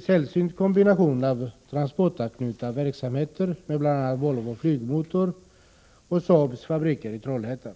sällsynt kombination av transportanknutna verksamheter, med bl.a. Volvo Flygmotors och Saabs fabriker i Trollhättan.